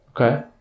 Okay